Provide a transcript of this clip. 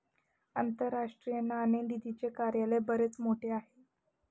आंतरराष्ट्रीय नाणेनिधीचे कार्यालय बरेच मोठे आहे